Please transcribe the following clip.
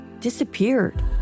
disappeared